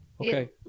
Okay